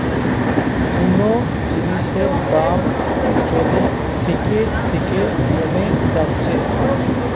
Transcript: কুনো জিনিসের দাম যদি থিকে থিকে কোমে যাচ্ছে